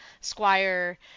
squire